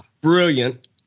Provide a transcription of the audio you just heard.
brilliant